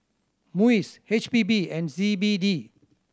MUIS H P B and C B D